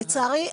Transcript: לצערי,